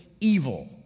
evil